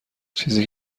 چیزی